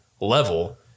level